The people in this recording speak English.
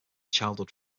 childhood